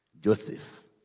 Joseph